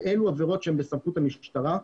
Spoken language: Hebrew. הן עבירות בסמכות המשטרה,